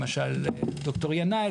למשל ד"ר ינאי,